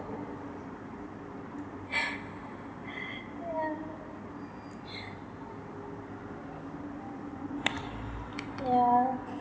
yeah yeah